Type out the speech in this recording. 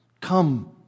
Come